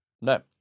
No